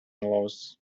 laws